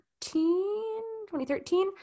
2013